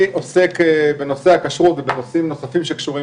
אני עוסק בנושא הכשרות ובנושאים נוספים שקשורים